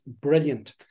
brilliant